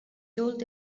told